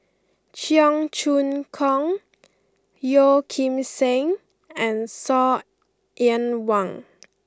Cheong Choong Kong Yeo Kim Seng and Saw Ean Wang